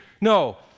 No